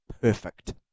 perfect